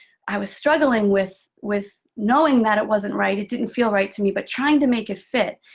i was struggling with with knowing that it wasn't right. it didn't feel right to me. but trying to make it fit.